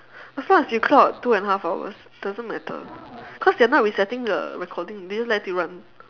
as long as you clock two and a half hours doesn't matter cause they are not resetting the recording they'll just let it run